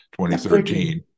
2013